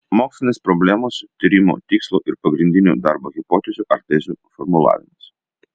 mokslinės problemos tyrimo tikslo ir pagrindinių darbo hipotezių ar tezių formulavimas